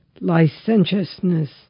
licentiousness